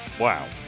Wow